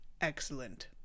Excellent